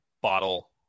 bottle